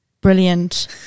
brilliant